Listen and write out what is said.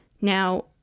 Now